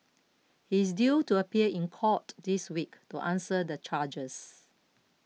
he is due to appear in court this week to answer the charges